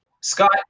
scott